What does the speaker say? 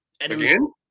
Again